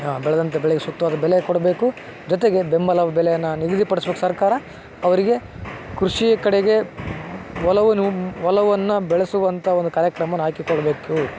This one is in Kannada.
ಬೆಳೆದಂತ ಬೆಳೆಗೆ ಸೂಕ್ತವಾದ ಬೆಲೆ ಕೊಡಬೇಕು ಜೊತೆಗೆ ಬೆಂಬಲ ಬೆಲೆಯನ್ನು ನಿಗದಿ ಪಡಿಸ್ಬೇಕು ಸರ್ಕಾರ ಅವರಿಗೆ ಕೃಷಿ ಕಡೆಗೆ ಒಲವು ಒಲವನ್ನು ಬೆಳೆಸುವಂತ ಒಂದು ಕಾರ್ಯಕ್ರಮನ ಹಾಕಿಕೊಳ್ಬೇಕು